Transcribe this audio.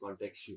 contextual